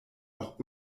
auch